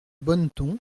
bonneton